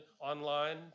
online